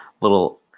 little